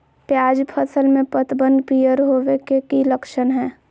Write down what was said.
प्याज फसल में पतबन पियर होवे के की लक्षण हय?